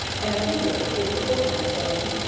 and a figure appeared before him, saying,